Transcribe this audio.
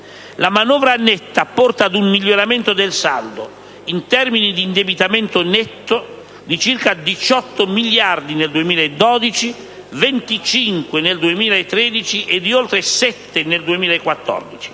La manovra netta porta ad un miglioramento del saldo, in termini di indebitamento netto, di circa 18 miliardi nel 2012, 25 nel 2013 e di oltre 7 nel 2014